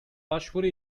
başvuru